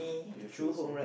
do you feel the same